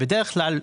בדרך כלל,